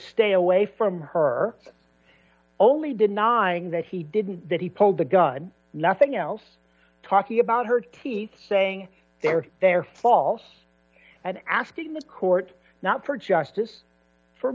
stay away from her only denying that he didn't that he pulled the gun nothing else talking about her teeth saying their their fall and asking the court not for justice for